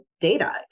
Data